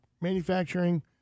manufacturing